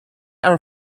her